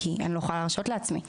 כי אני לא יכולה להרשות לעצמי.